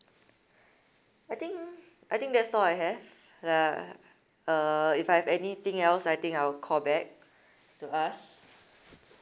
I think I think that's all I have uh uh if I have anything else I think I will call back to ask